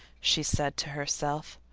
she said to herself.